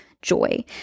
joy